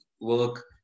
work